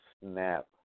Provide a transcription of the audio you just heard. snap